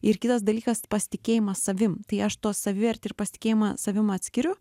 ir kitas dalykas pasitikėjimas savim tai aš tuos savivertę ir pasitikėjimą savim atskiriu